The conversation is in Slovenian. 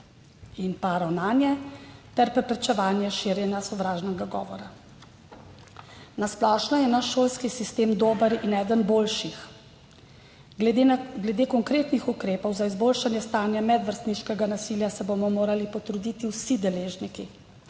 in ravnanje ter preprečevanje širjenja sovražnega govora. Na splošno je naš šolski sistem dober in eden boljših. Glede konkretnih ukrepov za izboljšanje stanja medvrstniškega nasilja se bomo morali potruditi vsi deležniki,